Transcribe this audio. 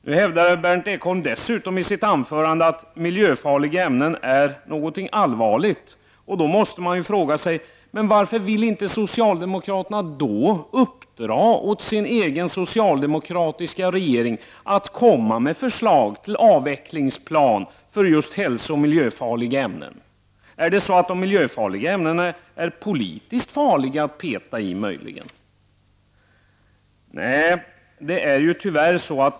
Nu hävdar Berndt Ekholm dessutom att miljöfarliga ämnen är någonting allvarligt, och då måste man ju fråga sig: Varför vill inte socialdemokraterna uppdra åt sin egen socialdemokratiska regering att komma med förslag till avvecklingsplan för just hälsooch miljöfarliga ämnen? Är det möjligen så att de miljöfarliga ämnena är politiskt farliga att peta i?